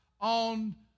on